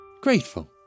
Grateful